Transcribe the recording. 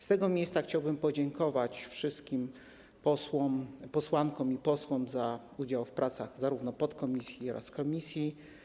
Z tego miejsca chciałbym podziękować wszystkim posłankom i posłom za udział w pracach zarówno podkomisji, jak i komisji.